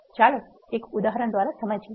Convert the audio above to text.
ચાલો એક ઉદાહરણ દ્વારા સમજીએ